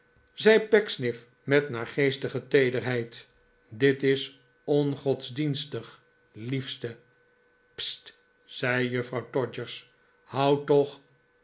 zei pecksniff met naargeestige teederheid dit is ongodsdienstig liefste sst zei juffrouw todgers houd toch